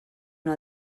una